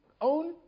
own